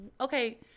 Okay